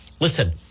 Listen